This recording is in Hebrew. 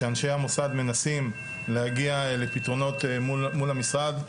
שאנשי המוסד מנסים להגיע לפתרונות מול המשרד,